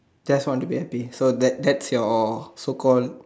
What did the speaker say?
just want to be happy so that that's your so call